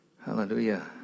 Hallelujah